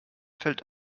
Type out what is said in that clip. fällt